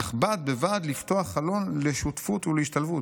אך בד בבד לפתוח חלון לשותפות ולהשתלבות",